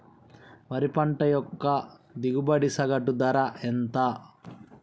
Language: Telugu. వరి పంట యొక్క దిగుబడి సగటు ధర ఎంత?